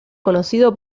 conocido